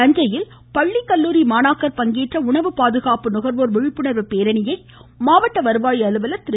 தஞ்சையில் பள்ளி கல்லூரி மாணாக்கர் பங்கேற்ற உணவு பாதுகாப்பு நுகர்வோர் விழிப்புணா்வு பேரணியை மாவட்ட வருவாய் அலுவலர் திரு